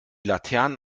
laternen